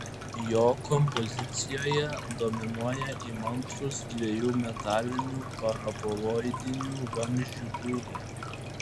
jo kompozicijoje dominuoja įmantrūs dviejų metalinių paraboloidinių vamzdžių tūriai